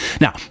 Now